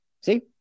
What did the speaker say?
See